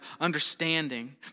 understanding